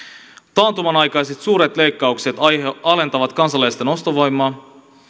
taantuman aikaiset suuret leikkaukset alentavat kansalaisten ostovoimaa